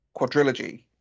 quadrilogy